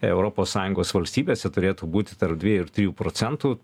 europos sąjungos valstybėse turėtų būti tarp dviejų ir trijų procentų